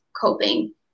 coping